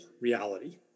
reality